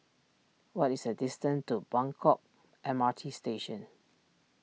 what is the distance to Buangkok M R T Station